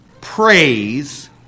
praise